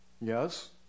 Yes